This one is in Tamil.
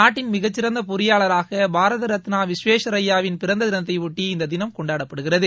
நாட்டின் மிகச்சிறந்த பொறியாளராக பாரத ரத்னா விஸ்வேஷ்வரய்யா வின் பிறந்த தினத்தையொட்டி இந்த தினம் கொண்டாடப்படுகிறது